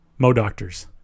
MODOctors